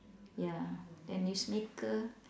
ya then news maker